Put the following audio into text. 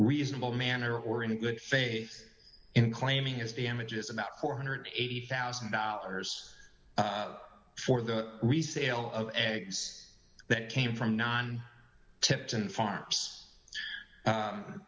reasonable manner or in good faith in claiming is the images about four hundred and eighty thousand dollars for the resale of eggs that came from non tipton farmers u